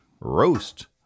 roast